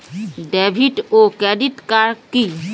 David ও credit card কি?